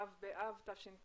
ו' באב תש"ף,